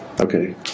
Okay